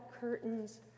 curtains